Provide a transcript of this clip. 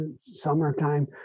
summertime